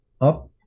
up